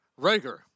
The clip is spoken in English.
Rager